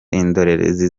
indorerezi